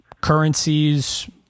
currencies